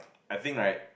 I think right